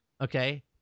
okay